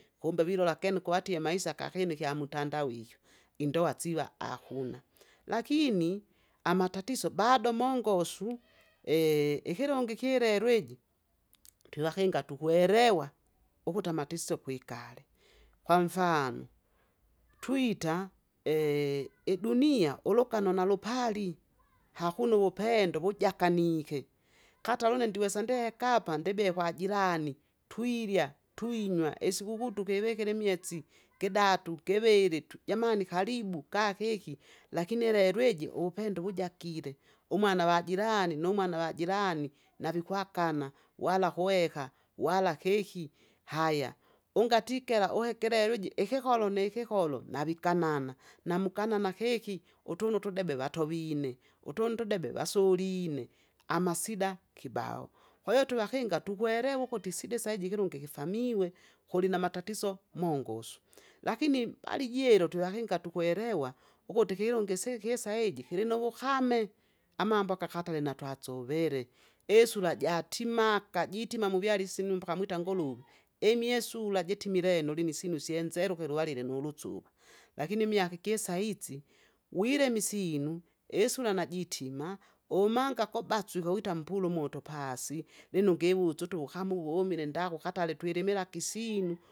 Kumbe vilola akene kuvatie maisa akakine ikyamutandao ikyo. Indowa siva akuna, lakini amatatiso bado mongosu ikilungi kirero iji, twivakinga tukwerewa, akutiti amatiso kwikale, kwamfano, twita idunia ulugano nalupali, hakuna uvupendo wujakanike katale une ndiwesa ndekapa ndibie kwajirani, twirya twinywa isikukuum tukivikire imwetsi kidatu kiviri tu, jamani karibu kakeki lakini lelo ijo uvupendo vujakile, umwana vajirani numwana vajirani, navikwakana, wala kuweka wala keki haya. Ungatikera uheke lelo iji, ikikolo nikikolo, navikanana, namkanana keki utunu utudebe vatuvine, utunu utudebe vasoline, amasida kibao. Kwahiyo twivakinga tukwelewa ukuti isida saiji ikilungi kifamiwe, kulinamatatiso, mongosu. Lakini balijilo! twevakinga tukwelewa ukuti ikilungi isi kisa iji kilinuvukame, amambo aka katare natwasuvele, isula jatimaka jitima muviale isinu mpaka mwita nguruve. Imye sura jitimilene ulinisinu isyenzeruke luwalile nulusuva, Lakini imyaka ikisaizi, wilime isinu, isura najitima! umanga kubaswike wita mpulu umoto pasi, lino ungivusu utu ukamu vumile ndako ukatale twilimilaki isinu.